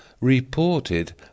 reported